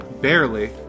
Barely